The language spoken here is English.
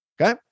Okay